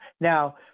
Now